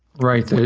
right.